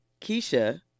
Keisha